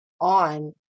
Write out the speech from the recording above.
on